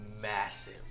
massive